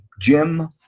Jim